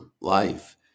life